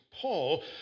Paul